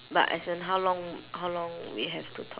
but as in how long how long we have to talk